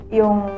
yung